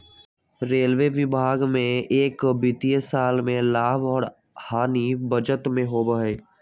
railway विभाग में एक वित्तीय साल में लाभ और हानि बजट में होबा हई